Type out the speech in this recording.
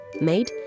made